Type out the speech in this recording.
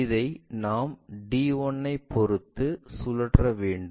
இதை நாம் d 1 ஐ பொறுத்து சுற்ற வேண்டும்